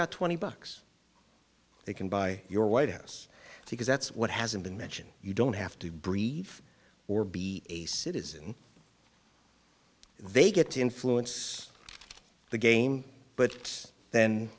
got twenty bucks they can buy your white house because that's what hasn't been mentioned you don't have to breed or be a citizen they get to influence the game but then